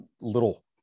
little